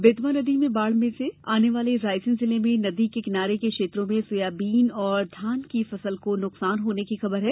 बेतवा नदी में बाढ आने से रायसेन जिले में नदी के किनारे के क्षेत्रों में सोयाबीन और धान की फसल को नुकसान होने की खबर है